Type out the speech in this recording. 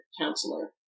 counselor